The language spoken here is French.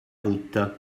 route